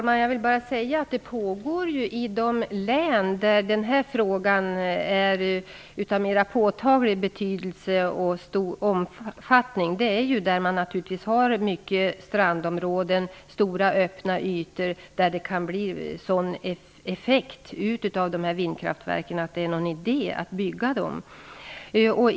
Fru talman! I de län där den här frågan är av stor betydelse har man mycket strandområden och stora öppna ytor. Effekten av vindkraftverk kan bli sådan att det inte är någon idé att bygga några.